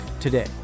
today